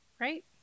right